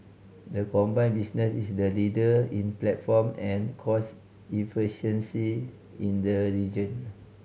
the combined business is the leader in platform and cost efficiency in the region